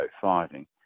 fighting